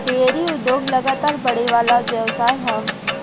dairy उद्योग लगातार बड़ेवाला व्यवसाय ह